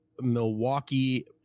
Milwaukee